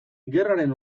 gerraren